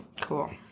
cool